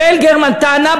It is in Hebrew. ויעל גרמן טענה,